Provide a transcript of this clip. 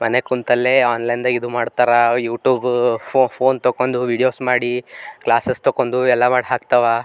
ಮನ್ಯಾಗೆ ಕೂತಲ್ಲೇ ಆನ್ಲೈನ್ದಾಗ ಇದು ಮಾಡ್ತಾರೆ ಯೂಟ್ಯೂಬು ಫೋನ್ ತೊಕೊಂಡು ವೀಡಿಯೋಸ್ ಮಾಡಿ ಕ್ಲಾಸಸ್ ತಕೊಂಡು ಎಲ್ಲ ಮಾಡಿ ಹಾಕ್ತಾವ